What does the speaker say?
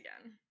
again